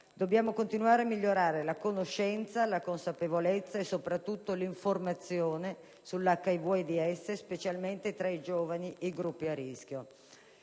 dobbiamo continuare a migliorare la conoscenza, la consapevolezza e soprattutto l'informazione sull'HIV-AIDS, specialmente tra i giovani e i gruppi a rischio.